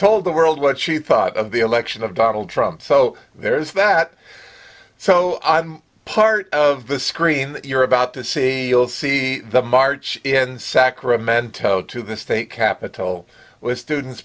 told the world what she thought of the election of donald trump so there's that so part of the screen you're about to see you'll see the march in sacramento to the state capital with students